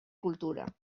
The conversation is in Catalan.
cultura